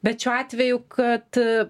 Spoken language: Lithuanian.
bet šiuo atveju kad